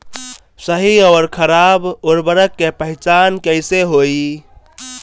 सही अउर खराब उर्बरक के पहचान कैसे होई?